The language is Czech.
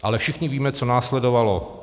Ale všichni víme, co následovalo.